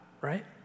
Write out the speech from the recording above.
right